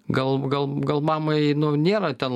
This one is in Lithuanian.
gal gal gal mamai nuo nėra ten